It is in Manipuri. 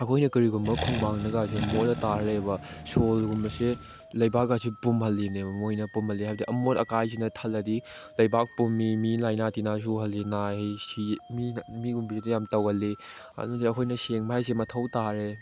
ꯑꯩꯈꯣꯏꯅ ꯀꯔꯤꯒꯨꯝꯕ ꯈꯣꯡꯕꯥꯟꯗꯒꯥꯏꯁꯦ ꯃꯣꯠꯂ ꯇꯥꯔ ꯂꯩꯔꯤꯕ ꯁꯣꯏꯜꯒꯨꯝꯕꯁꯦ ꯂꯩꯕꯥꯛ ꯑꯁꯦ ꯄꯨꯝꯃꯜꯂꯤꯅꯦꯕ ꯃꯣꯏꯅ ꯄꯨꯝꯃꯜꯂꯤ ꯑꯃꯣꯠ ꯑꯀꯥꯏꯁꯤꯅ ꯊꯜꯂꯗꯤ ꯂꯩꯕꯥꯛ ꯄꯨꯝꯃꯤ ꯃꯤ ꯂꯥꯏꯅꯥ ꯇꯤꯟꯅꯥ ꯊꯣꯛꯍꯜꯂꯤ ꯅꯥꯏ ꯁꯤ ꯃꯤꯒꯨꯝꯕꯁꯤꯗ ꯌꯥꯝ ꯇꯧꯒꯜꯂꯤ ꯑꯗꯨꯗꯤ ꯑꯩꯈꯣꯏꯅ ꯁꯦꯡꯕ ꯍꯥꯏꯁꯦ ꯃꯊꯧ ꯇꯥꯔꯦ